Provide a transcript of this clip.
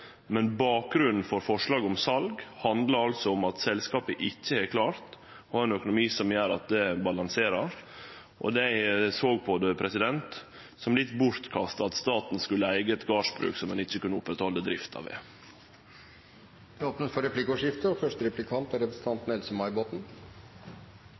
Men bakgrunnen for forslaget om sal handlar altså om at selskapet ikkje har klart å ha ein økonomi som gjer at det balanserer. Då eg såg på det, såg eg det som litt bortkasta at staten skulle eige eit gardsbruk som ein ikkje kunne oppretthalde drifta ved. Jeg hører godt hva statsråden sier i denne saken, og